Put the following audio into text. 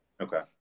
Okay